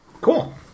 Cool